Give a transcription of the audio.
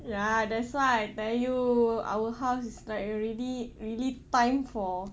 ya that's why I tell you our house is like already really time for